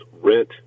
Rent